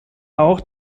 auch